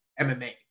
MMA